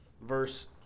Verse